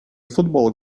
football